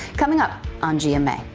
coming up on gma.